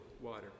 water